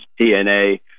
DNA